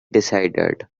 decided